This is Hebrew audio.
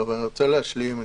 אני רוצה להשלים.